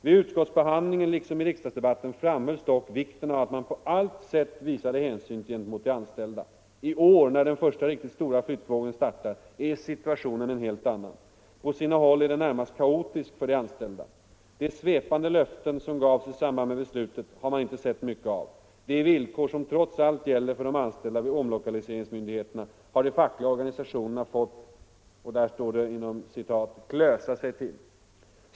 Vid utskottsbehandlingen liksom i riksdagsdebatten framhölls dock vikten av att man på allt sätt visade hänsyn gentemot de anställda. I år när den första riktigt stora flyttvågen startar är situationen en helt annan. På sina håll är den närmast kaotisk för de anställda. De svepande löften som gavs i samband med beslutet har man inte sett mycket av. De villkor som trots allt gäller för de anställda vid omlokaliseringsmyndigheterna har de fackliga organisationerna fått ”klösa sig till”.